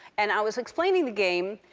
and i was explaining the game,